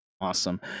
awesome